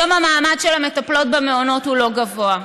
היום המעמד של המטפלות במעונות הוא לא גבוה,